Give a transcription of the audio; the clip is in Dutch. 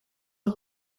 nog